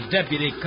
deputy